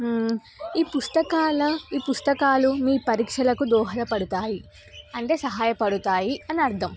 ఈ పుస్తకాల ఈ పుస్తకాలు మీ పరీక్షలకు దోహదపడతాయి అంటే సహాయపడతాయి అని అర్థం